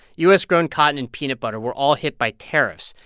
u s grown cotton and peanut butter were all hit by tariffs.